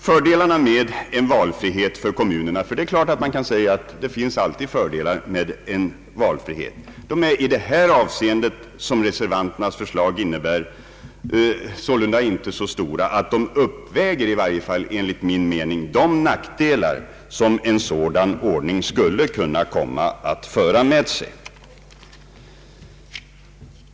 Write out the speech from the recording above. Fördelarna med en valfrihet för kommunerna — ty det är klart att man kan säga att det alltid finns fördelar med en sådan — är i det här avseendet enligt reservanternas förslag sålunda inte så stora att de uppväger de nack delar som en sådan ordning skulle kunna föra med sig.